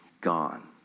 gone